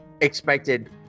expected